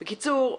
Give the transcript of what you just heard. בקיצור,